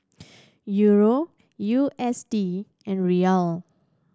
Euro U S D and Riyal